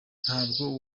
ntabwo